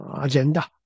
agenda